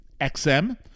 XM